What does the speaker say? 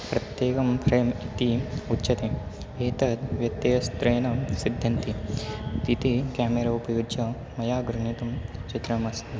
प्रत्येकं फ्रेम् इति उच्यते एतत् व्यत्ययेन सिद्धन्ति इति केमेरा उपयुज्य मया गृहीतुं चित्रमस्ति